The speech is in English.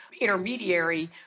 intermediary